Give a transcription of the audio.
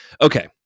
Okay